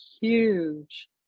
huge